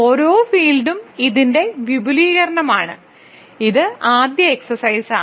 ഓരോ ഫീൽഡും ഇതിന്റെ വിപുലീകരണമാണ് ഇത് ആദ്യ എക്സർസൈസ് ആണ്